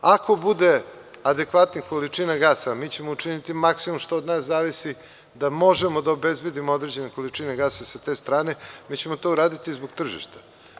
Ako bude adekvatne količine gasa, mi ćemo učiniti maksimum što od nas zavisi, da možemo da obezbedimo određene količine gasa sa te strane, mi ćemo to uraditi zbog tržišta.